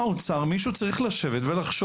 האוצר או מישהו אחר צריך לשבת ולחשוב